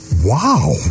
Wow